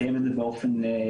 לקיים את זה באופן משמעותי.